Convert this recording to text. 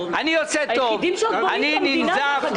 אין כל כך יזמות במגזר,